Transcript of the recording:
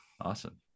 Awesome